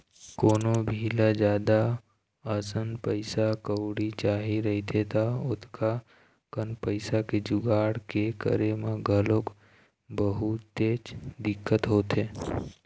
कोनो भी ल जादा अकन पइसा कउड़ी चाही रहिथे त ओतका कन पइसा के जुगाड़ के करे म घलोक बहुतेच दिक्कत होथे